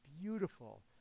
beautiful